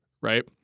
right